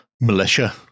militia